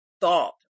thought